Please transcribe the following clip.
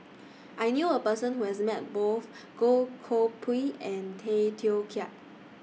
I knew A Person Who has Met Both Goh Koh Pui and Tay Teow Kiat